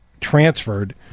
transferred